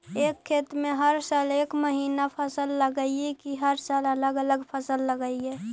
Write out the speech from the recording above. एक खेत में हर साल एक महिना फसल लगगियै कि हर साल अलग अलग फसल लगियै?